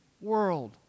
world